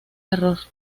error